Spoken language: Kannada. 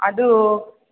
ಅದೂ